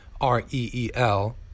R-E-E-L